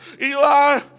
Eli